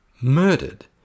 Murdered